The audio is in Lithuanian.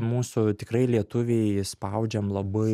mūsų tikrai lietuviai spaudžiam labai